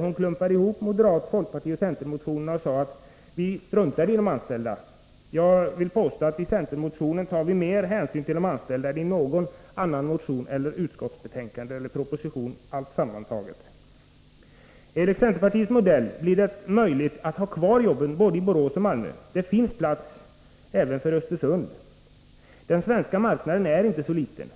Hon klumpade ihop moderat-, folkpartioch centermotionerna och sade, att vi struntar i de anställda. Jag vill påstå att vi i centermotionen tar mer hänsyn till de anställda än vad någon annan motion, proposition eller utskottsbetänkandet gör. Enligt centerpartiets modell blir det möjligt att ha kvar jobben i både Borås och Malmö, och det finns plats för Östersund också. Den svenska marknaden är inte så liten.